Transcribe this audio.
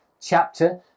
chapter